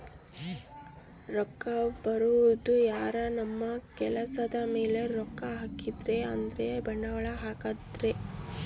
ರೊಕ್ಕ ಬರೋದು ಯಾರನ ನಮ್ ಕೆಲ್ಸದ್ ಮೇಲೆ ರೊಕ್ಕ ಹಾಕಿದ್ರೆ ಅಂದ್ರ ಬಂಡವಾಳ ಹಾಕಿದ್ರ